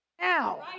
now